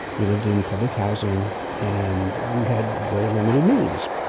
we lived in public housing and we had very limited means.